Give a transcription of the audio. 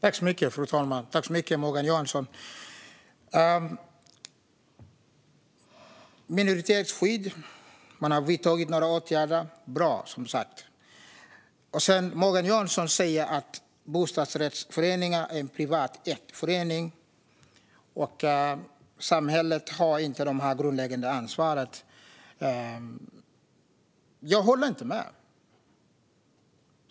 Fru talman! Man har vidtagit några åtgärder, till exempel minoritetsskydd, och det är bra. Morgan Johansson säger att bostadsrättsföreningar är privatägda föreningar och att samhället inte har något grundläggande ansvar. Jag håller inte med.